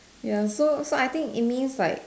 ya so so I think it means like